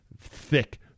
thick